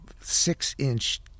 six-inch